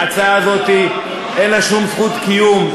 להצעה הזאת אין שום זכות קיום,